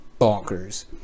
bonkers